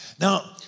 Now